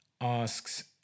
Asks